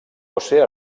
josé